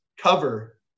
cover